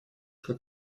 как